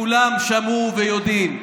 כולם שמעו ויודעים.